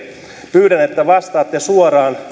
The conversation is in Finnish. pyydän että vastaatte suoraan